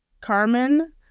Carmen